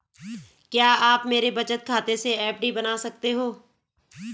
क्या आप मेरे बचत खाते से एफ.डी बना सकते हो?